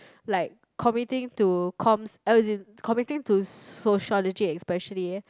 like commiting to comms as in committing to sociology especially eh